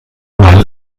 mal